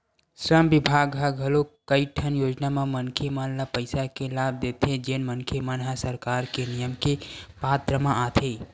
श्रम बिभाग ह घलोक कइठन योजना म मनखे मन ल पइसा के लाभ देथे जेन मनखे मन ह सरकार के नियम के पात्र म आथे